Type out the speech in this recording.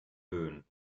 böen